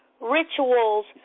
rituals